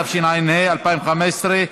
התשע"ה 2015,